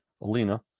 Alina